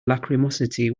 lachrymosity